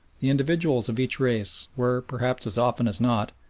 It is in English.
the individuals of each race were, perhaps as often as not,